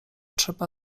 trzeba